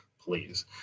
Please